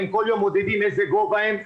הם כל יום מודדים איזה גובה הם,